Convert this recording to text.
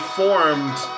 formed